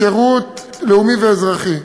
שירות לאומי ואזרחי.